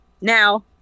Now